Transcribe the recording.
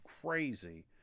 crazy